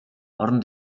орон